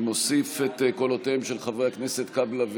אני מוסיף את קולותיהם של חברי הכנסת קאבלה ודיין,